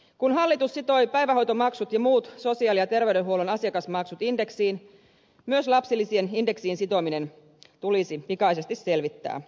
kun hallitus sitoi päivähoitomaksut ja muut sosiaali ja terveydenhuollon asiakasmaksut indeksiin myös lapsilisien indeksiin sitominen tulisi pikaisesti selvittää